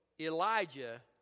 Elijah